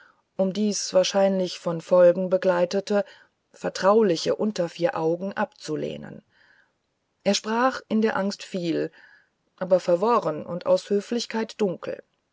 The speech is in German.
um dies wahrscheinlich von folgen begleitete vertrauliche unter vier augen abzulehnen er sprach in der angst viel aber verworren und aus höflichkeit dunkel